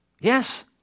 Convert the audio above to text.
yes